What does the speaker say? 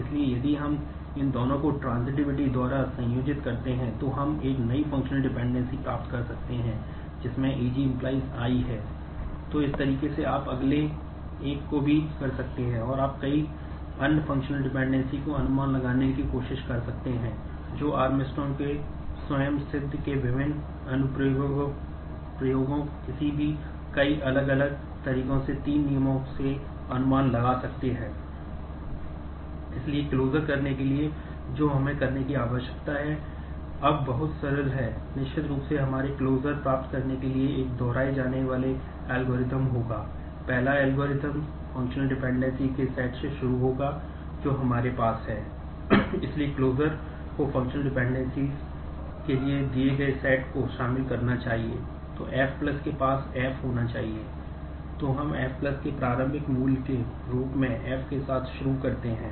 इसलिए यदि हम इन दोनों को ट्रांज़िटिविटी के स्वयंसिद्ध के विभिन्न अनुप्रयोगों किसी भी कई अलग अलग तरीकों से तीन नियमों से अनुमान लगा सकते हैं